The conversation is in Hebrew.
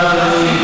למה בשבעה?